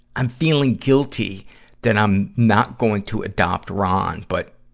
i'm feeling guilty that i'm not going to adopt ron, but,